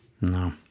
No